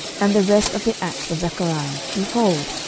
and the rest of the acts of zachariah, behold,